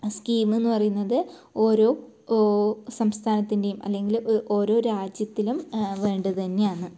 scheme എന്ന് പറയുന്നത് ഓരോ സംസ്ഥാനത്തിൻ്റെയും അല്ലെങ്കിൽ ഓരോ രാജ്യത്തിലും വേണ്ടത് തന്നെയാന്ന്